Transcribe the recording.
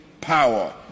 power